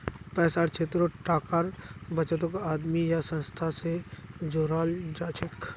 पैसार क्षेत्रत टाकार बचतक आदमी या संस्था स जोड़ाल जाछेक